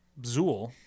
Zool